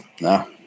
no